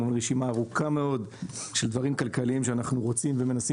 יש לנו רשימה ארוכה מאוד של דברים כלכליים שאנחנו רוצים ומנסים